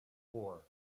four